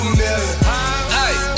million